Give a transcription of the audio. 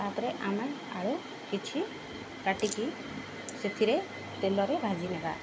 ତା'ପରେ ଆମେ ଆଳୁ କିଛି କାଟିକି ସେଥିରେ ତେଲରେ ଭାଜି ନେବା